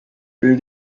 will